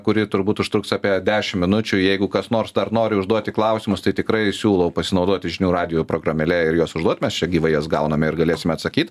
kuri turbūt užtruks apie dešim minučių jeigu kas nors dar nori užduoti klausimus tai tikrai siūlau pasinaudoti žinių radijo programėle ir juos užduot mes čia gyvai jas gauname ir galėsime atsakyt